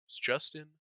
Justin